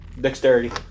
Dexterity